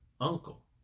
uncle